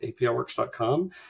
APIWorks.com